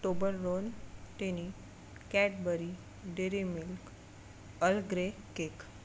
टोबल role tiny Cadbury dairy milk अलग्रे cake